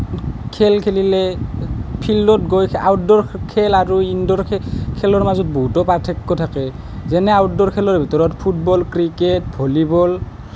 খেল খেলিলে ফিল্ডত গৈ খে আউটডোৰ খেল আৰু ইনডোৰ খেলৰ মাজত বহুতো পাৰ্থক্য থাকে যেনে আউটডোৰ খেলৰ ভিতৰত ফুটবল ক্ৰিকেট ভলীবল